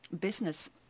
business